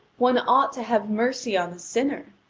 one ought to have mercy on a sinner.